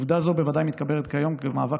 עובדה זו בוודאי מתגברת כיום במאבק